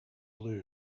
blue